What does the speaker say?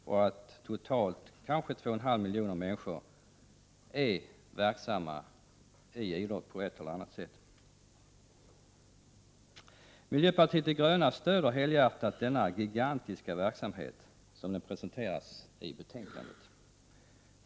Det kanske rör sig om totalt 2,5 miljoner människor som är verksamma inom idrotten på ett eller annat sätt. Miljöpartiet de gröna stöder helhjärtat denna gigantiska verksamhet som den presenteras i betänkandet.